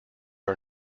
are